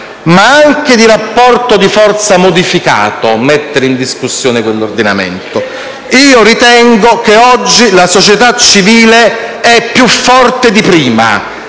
ma anche di rapporto di forza modificato mettere in discussione quell'ordinamento. Ritengo che oggi la società civile sia più forte e meno